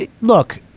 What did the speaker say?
look